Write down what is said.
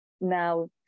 now